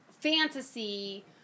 fantasy